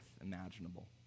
imaginable